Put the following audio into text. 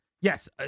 yes